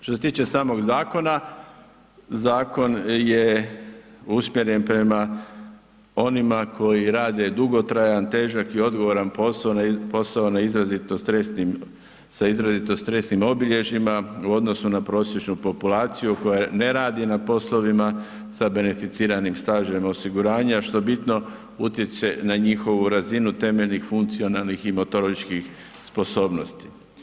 Što se tiče samog zakona, zakon je usmjeren prema onima koji rade dugotrajan, težak i odgovoran posao, posao na izrazito stresnim, sa izrazito stresnim obilježjima u odnosu na prosječnu populaciju koja ne radi na poslovima sa beneficiranim stažem osiguranja, što bitno utječe na njihovu razinu temeljnih funkcionalnim i motoričkih sposobnosti.